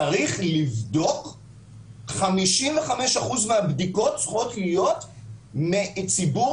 55 אחוזים מהבדיקות צריכות להיות מציבור